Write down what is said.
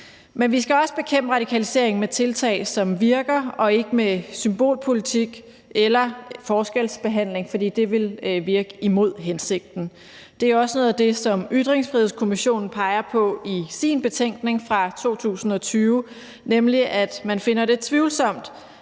Men vi skal også bekæmpe radikalisering med tiltag, som virker, og ikke med symbolpolitik eller forskelsbehandling, for det vil virke imod hensigten. Det er også noget af det, som Ytringsfrihedskommissionen peger på i sin betænkning fra 2020, nemlig at man finder det tvivlsomt,